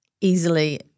easily